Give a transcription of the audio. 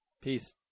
Peace